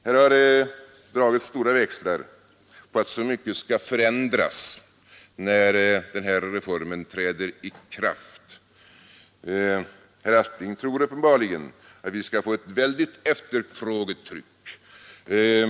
Här har dragits stora växlar på att så mycket skall förändras, när den här reformen träder i kraft. Herr Aspling tror uppenbarligen att vi skall få ett väldigt efterfrågetryck.